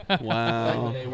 Wow